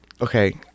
Okay